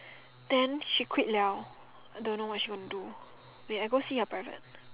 then she quit liao I don't know she want to go wait I'll go and see her private